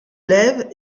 lève